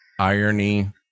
Irony